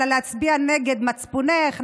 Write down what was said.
אלא להצביע נגד מצפונך,